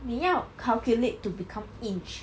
你要 calculate to become inch